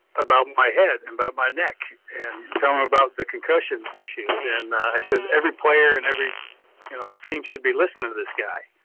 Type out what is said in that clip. about my head and about my neck and tell them about the concussion issues. and i said, every player and every you know team should be listening to this guy.